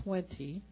Twenty